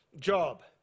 job